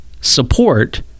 support